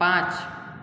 पांच